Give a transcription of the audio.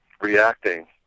reacting